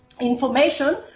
information